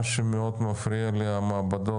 נושא נוסף שמפריע לי הוא נושא המעבדות.